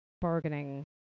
bargaining